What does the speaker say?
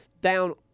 down